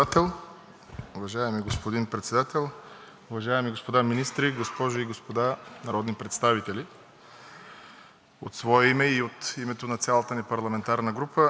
От свое име и от името на цялата ни парламентарна група изразявам съпричастност с борбата на украинската страна и украинския народ в тези тежки времена.